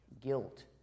guilt